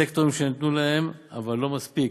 סקטורים שניתנו להם אבל לא מספיק.